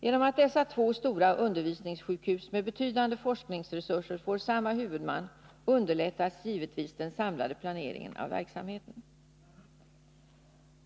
Genom att dessa två stora undervisningssjukhus med betydande forskningsresurser får samma huvudman underlättas givetvis den samlade planeringen av verksamheten.